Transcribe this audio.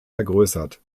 vergrößert